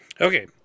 Okay